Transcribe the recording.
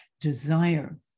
desire